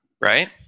right